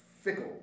fickle